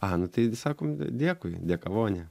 a nu tai sakom dėkui dėkavonė